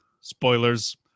spoilers